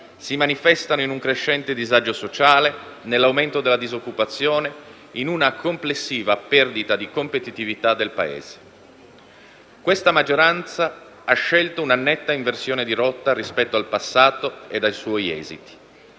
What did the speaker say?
si manifestano in un crescente disagio sociale, nell'aumento della disoccupazione, in una complessiva perdita di competitività del Paese. Questa maggioranza ha scelto una netta inversione di rotta rispetto al passato ed ai suoi esiti.